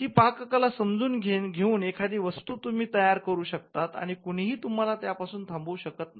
ती पाककला समजून घेऊन एखादी वस्तू तुम्ही तयार करू शकतात आणि कुणीही तुम्हाला त्यापासून थांबवू शकत नाही